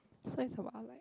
so is about like